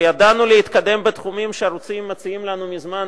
ולו ידענו להתקדם בתחומים שהרוסים מציעים לנו מזמן,